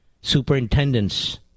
Superintendents